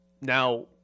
Now